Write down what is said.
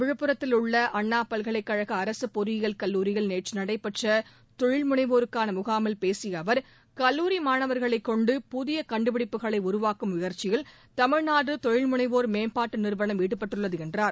விழுப்புரத்தில் உள்ள அண்ணாபல்கலைக்கழக அரசு பொறியியல் கல்லூரியில் நேற்றுநடைபெற்றதொழில்முனைவோருக்கானமுகாமில் பேசியஅவர் கல்லுாரிமாணவர்களைக் கொண்டு புதியகண்டுபிடிப்புக்களைஉருவாக்கும் முயற்சியில் தமிழ்நாடுதொழில்முனைவோர் மேம்பாட்டுநிறுவனம் ஈடுபட்டுள்ளதுஎன்றார்